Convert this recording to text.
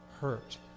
hurt